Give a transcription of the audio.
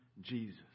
Jesus